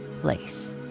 place